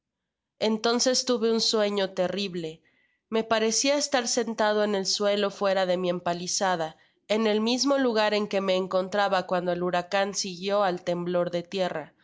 entonces tuve un sueño terrible me parecia estar sentado en el suelo fuera de mi empalizada en el mismo lugar en que me encontraba cuando el huracan que siguió al temblor de tierra